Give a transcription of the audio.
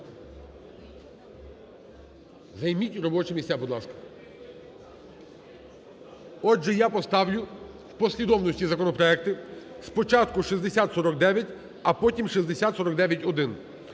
Займіть робочі місця, будь ласка. Отже, я поставлю в послідовності законопроекти: спочатку 6049, а потім 6049-1.